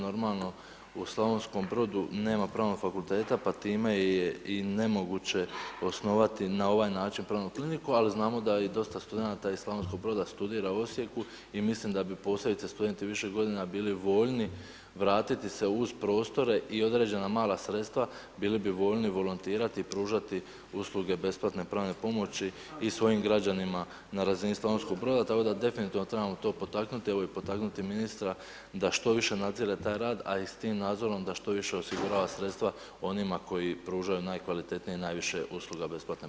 Normalno u Slavonskom Brodu nema pravnog fakulteta pa time je i nemoguće osnovati na ovaj način pravnu kliniku ali znamo da i dosta studenata iz Slavonskog Broda studira u Osijeku i mislim da bi posebice studenti viših godina bili voljni vratiti se uz prostore i određena mala sredstva bili bi voljni volontirati i pružati usluge besplatne pravne pomoći i svojim građanima na razini Slavonskog Broda tako da definitivno trebamo to potaknuti evo i potaknuti ministra da što više nadzire taj rad a i s tim nadzorom da što više osigurava sredstva onima koji pružaju nakvalitetnije i najviše usluga besplatne pravne pomoći.